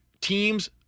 teams